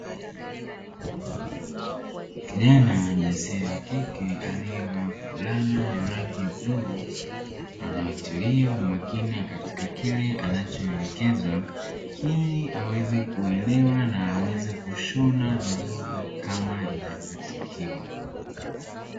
Kijana wa jinsia ya kike aliyevalia fulana ya rangi ya bluu, anatilia umakini katika kile anachoelekezwa ili aweze kuelewa na aweze kushona vizuri, kama inavyotakiwa.